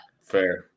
fair